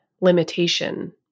limitation